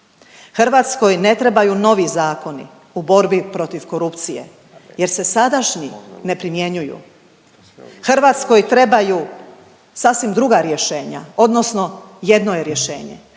Hrvatskoj ne trebaju novi zakoni u borbi protiv korupcije jer se sadašnji ne primjenjuju. Hrvatskoj trebaju sasvim druga rješenja odnosno jedno je rješenje,